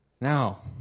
Now